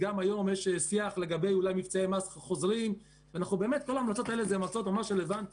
גם ועדת הכספים העירה בשעתו על התהליכים